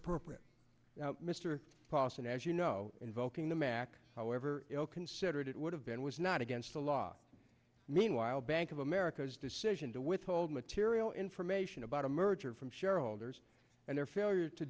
appropriate mr paulson as you know invoking the mac however ill considered it would have been was not against the law meanwhile bank of america's decision to withhold material information about a merger from shareholders and their failure to